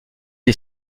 des